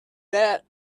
that